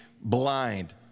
blind